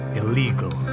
illegal